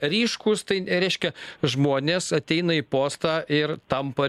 ryškūs tai reiškia žmonės ateina į postą ir tampa